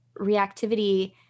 reactivity